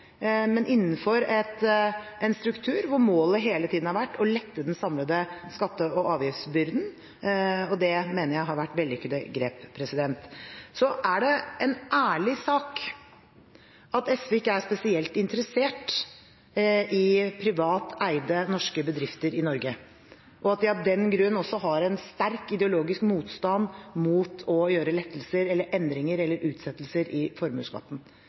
men innenfor en struktur hvor målet hele tiden har vært å lette den samlede skatte- og avgiftsbyrden, og det mener jeg har vært vellykkede grep. Så er det en ærlig sak at SV ikke er spesielt interessert i privateide norske bedrifter i Norge, og at de av den grunn også har en sterk ideologisk motstand mot lettelser, endringer eller utsettelser i formuesskatten.